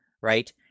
right